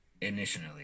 initially